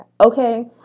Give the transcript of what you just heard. okay